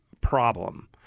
problem